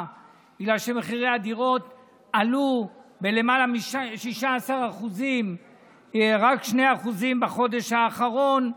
בגלל שמחירי הדירות עלו בלמעלה מ-16% 2% רק בחודש האחרון.